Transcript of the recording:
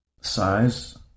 size